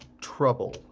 trouble